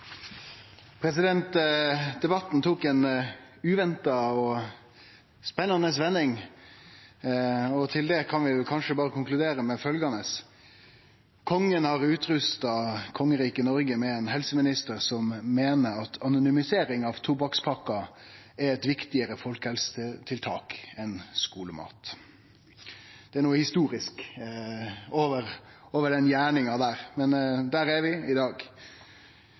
kan vi kanskje berre konkludere med følgjande: Kongen har utrusta kongeriket Noreg med ein helseminister som meiner at anonymisering av tobakkspakker er eit viktigare folkehelsetiltak enn skulemat. Det er noko historisk over den gjerninga, men der er vi i dag.